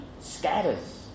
scatters